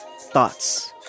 thoughts